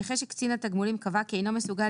"(א)נכה שקצין תגמולים קבע כי אינו מסוגל